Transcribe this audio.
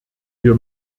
wir